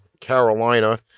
Carolina